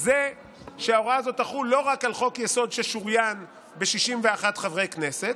הוא שההוראה הזאת תחול לא רק על חוק-יסוד ששוריין ב-61 חברי כנסת,